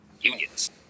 unions